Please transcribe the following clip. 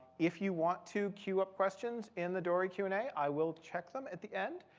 if you want to cue up questions in the dory q and a, i will check them at the end.